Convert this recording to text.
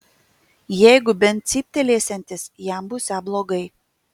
jeigu bent cyptelėsiantis jam būsią blogai